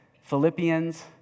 Philippians